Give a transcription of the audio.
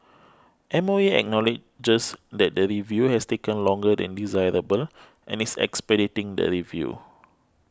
M O E acknowledges that the review has taken longer than desirable and is expediting the review